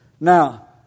Now